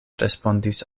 respondis